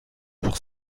pour